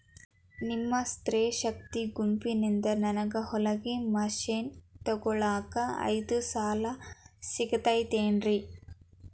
ನಿಮ್ಮ ಸ್ತ್ರೇ ಶಕ್ತಿ ಗುಂಪಿನಿಂದ ನನಗ ಹೊಲಗಿ ಮಷೇನ್ ತೊಗೋಳಾಕ್ ಐದು ಸಾಲ ಸಿಗತೈತೇನ್ರಿ?